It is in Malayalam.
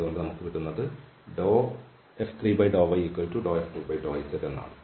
അതുകൊണ്ട് നമുക്ക് കിട്ടുന്നത് F3∂yF2∂z ആണ്